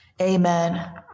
amen